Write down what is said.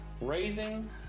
Raising